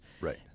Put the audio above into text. right